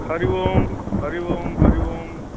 Hari Om Hari Om Hari Om